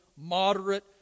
moderate